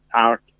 art